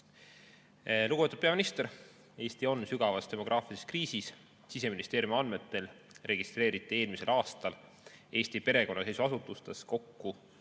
Lugupeetud peaminister! Eesti on sügavas demograafilises kriisis. Siseministeeriumi andmetel registreeriti eelmisel aastal Eesti perekonnaseisuasutustes kokku